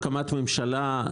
הקמת ממשלה,